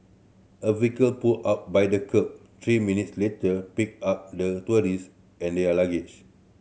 a vehicle pulled up by the kerb three minutes later picking up the tourist and their luggage